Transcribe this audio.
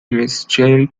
mainstream